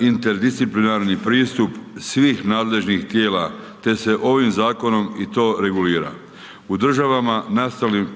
interdisciplinarni pristup svih nadležnih tijela te se ovim zakonom i to regulira. U državama nastalim